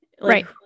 Right